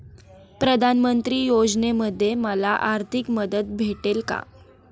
प्रधानमंत्री योजनेमध्ये मला आर्थिक मदत भेटेल का?